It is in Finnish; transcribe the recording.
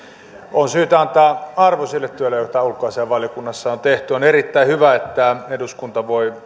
on syytä antaa arvo sille työlle jota ulkoasiainvaliokunnassa on tehty on erittäin hyvä että eduskunta voi